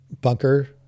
Bunker